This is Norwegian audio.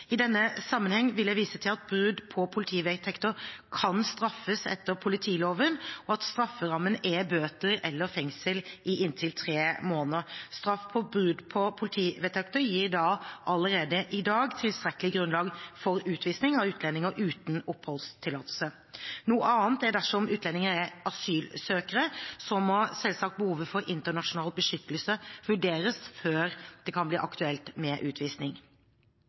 I denne sammenheng vil jeg vise til at brudd på politivedtekter kan straffes etter politiloven, og at strafferammen er bøter eller fengsel i inntil tre måneder. Straff for brudd på politivedtekter gir da allerede i dag tilstrekkelig grunnlag for utvisning av utlendinger uten oppholdstillatelse. Noe annet er det dersom utlendingene er asylsøkere. Da må selvsagt behovet for internasjonal beskyttelse vurderes før det kan bli aktuelt med utvisning.